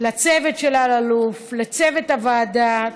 לצוות של אלאלוף, לצוות הוועדה.